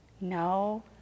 No